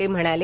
ते म्हणाले